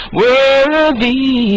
worthy